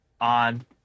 on